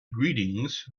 greetings